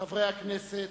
חברי הכנסת,